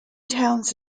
towns